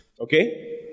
Okay